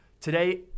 Today